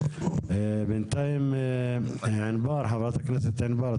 בינתיים חברת הכנסת ענבר,